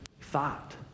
thought